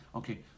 okay